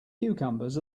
cucumbers